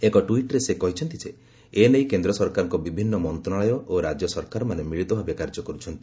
ଏକ ଟ୍ୱିଟ୍ରେ ସେ କହିଛନ୍ତି ଯେ ଏ ନେଇ କେନ୍ଦ୍ର ସରକାରଙ୍କ ବିଭିନ୍ନ ମନ୍ତ୍ରଣାଳୟ ଓ ରାଜ୍ୟସରକାରମାନେ ମିଳିତଭାବେ କାର୍ଯ୍ୟ କରୁଛନ୍ତି